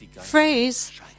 phrase